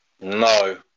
No